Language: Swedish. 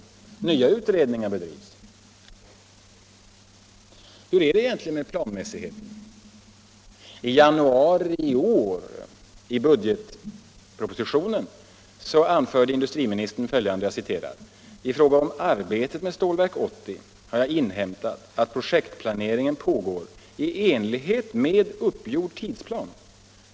Nya utredningar bedrivs. Hur är det egentligen med planmässigheten? I januari detta år i budgetpropositionen anför industriministern följande: ”I fråga om arbetet med Stålverk 80 har jag inhämtat att projektplanering pågår i enlighet med uppgjord tidsplan.